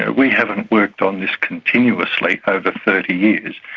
ah we haven't worked on this continuously over thirty years.